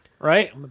Right